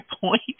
point